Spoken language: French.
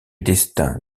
destin